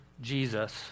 Jesus